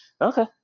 Okay